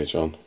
John